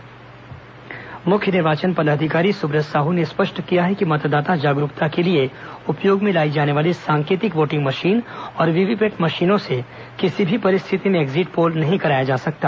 सुब्रत साहू सांकेतिक voting machine मुख्य निर्वाचन पदाधिकारी सुब्रत साह ने स्पष्ट किया है कि मतदाता जागरूकता के लिए उपयोग में लायी जाने वाली सांकेतिक वोटिंग मशीन और वीवीपैट मशीनों से किसी भी परिस्थिति में एक्जिट पोल नहीं कराया जा सकता